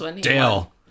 Dale